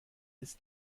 ist